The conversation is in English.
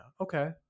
okay